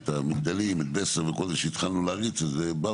את המגדלים, כשהתחלנו להריץ את זה.